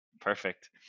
Perfect